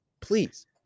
Please